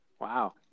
wow